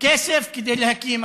כסף כדי להקים.